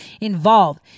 involved